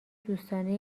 دوستانه